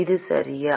இது சரியா